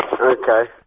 Okay